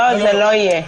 זה לא יהיה.